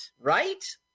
right